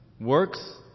works